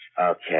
Okay